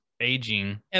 aging